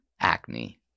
acne